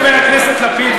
חבר הכנסת לפיד,